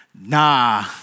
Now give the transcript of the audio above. Nah